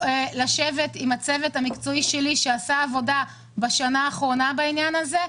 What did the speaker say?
לשבת עם הצוות המקצועי שלי שעשה עבודה בשנה האחרונה בעניין זה.